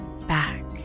Back